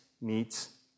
meets